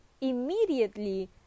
immediately